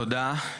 תודה.